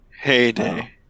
Heyday